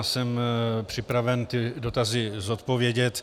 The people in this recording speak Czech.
Jsem připraven ty dotazy zodpovědět.